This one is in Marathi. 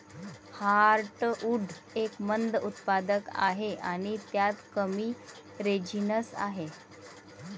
हार्टवुड एक मंद उत्पादक आहे आणि त्यात कमी रेझिनस आहे